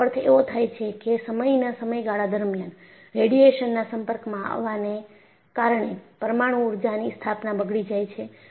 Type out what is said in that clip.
આનો અર્થ એવો થાય છે કે સમયના સમયગાળા દરમિયાન રેડિયેશનના સંપર્કમાં આવવાને કારણે પરમાણુ ઉર્જાની સ્થાપના બગડી જાય છે